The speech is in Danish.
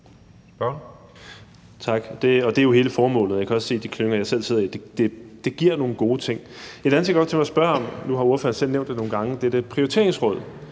(RV): Tak. Og det er jo hele formålet. Jeg kan også se i de klynger, jeg selv sidder i, at det giver nogle gode ting. Der er en anden ting, jeg godt kunne tænke mig at spørge om. Nu har ordføreren selv nævnt det nogle gange, og det er det med et prioriteringsråd.